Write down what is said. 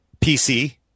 PC